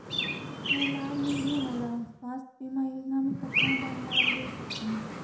कतना लाभ मिलही मोला? स्वास्थ बीमा योजना मे कतना बार लाभ ले सकहूँ?